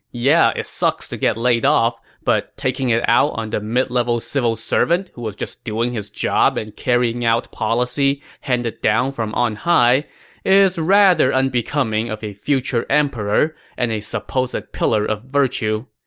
yeah it sucks to get laid off, but taking it out on the mid-level civil servant who was just doing his job and carrying out policy handed down from on high is rather unbecoming of a future emperor and a supposed pillar of virtue.